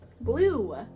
Blue